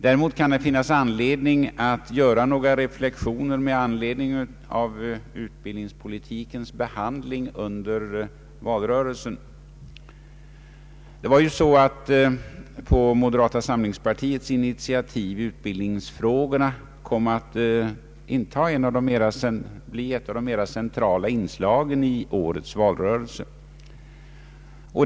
Däremot kan det finnas anledning att göra några reflexioner med anledning av utbildningspolitikens behandling under valrörelsen. På moderata samlingspartiets initiativ kom utbildningsfrågorna att bli ett av de mera centrala inslagen i årets valrörelse.